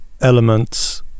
elements